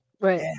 right